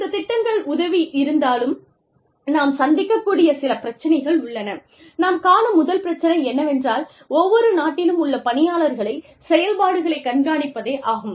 இந்த திட்டங்கள் உதவி இருந்தாலும் நாம் சந்திக்கக் கூடிய சில பிரச்சினைகள் உள்ளன நாம் காணும் முதல் பிரச்சினை என்னவென்றால் ஒவ்வொரு நாட்டிலும் உள்ள பணியாளர்களை செயல்பாடுகளைக் கண்காணிப்பதே ஆகும்